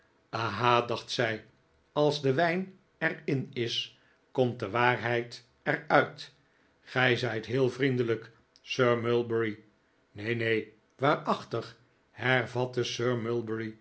aha dacht zij als de wijft er in is komt de waarheid er uit gij zijt heel vriendelijk sir mulberry neen neen waarachtig hervatte